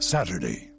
Saturday